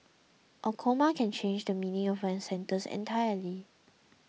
a comma can change the meaning of an sentence entirely